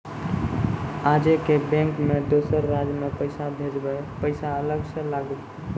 आजे के बैंक मे दोसर राज्य मे पैसा भेजबऽ पैसा अलग से लागत?